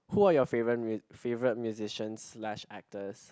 who are your favourite mu~ favourite musicians slash actors